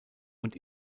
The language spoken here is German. und